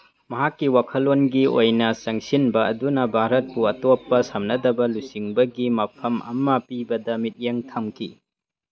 ꯃꯍꯥꯛꯀꯤ ꯋꯥꯈꯜꯂꯣꯟꯒꯤ ꯑꯣꯏꯅ ꯆꯪꯁꯤꯟꯕ ꯑꯗꯨꯅ ꯚꯥꯔꯠꯄꯨ ꯑꯇꯣꯞꯄ ꯁꯝꯅꯗꯕ ꯂꯨꯆꯤꯡꯕꯒꯤ ꯃꯐꯝ ꯑꯃ ꯄꯤꯕꯗ ꯃꯤꯠꯌꯦꯡ ꯊꯝꯈꯤ